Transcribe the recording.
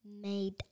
made